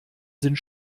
sind